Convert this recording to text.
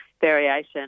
variation